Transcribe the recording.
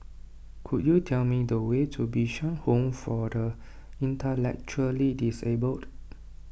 could you tell me the way to Bishan Home for the Intellectually Disabled